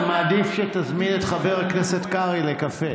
אני מעדיף שתזמין את חבר הכנסת קרעי לקפה.